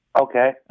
Okay